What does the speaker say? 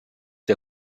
der